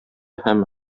һәм